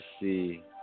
see